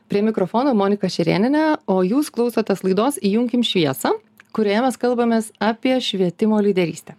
prie mikrofono monika šerėnienė o jūs klausotės laidos įjunkim šviesą kurioje mes kalbamės apie švietimo lyderystę